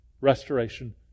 restoration